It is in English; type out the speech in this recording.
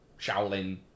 Shaolin